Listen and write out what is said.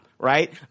right